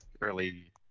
early